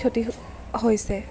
ক্ষতি হৈছে